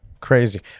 crazy